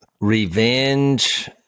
revenge